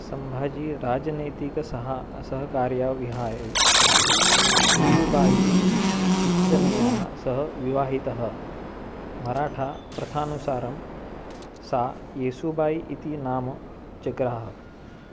सम्भाजी राजनैतिक सह सहकार्यविवाहे जीवुबायी इत्यनया सह विवाहितः मराठा प्रथानुसारं सा एसूबायी इति नाम जग्राह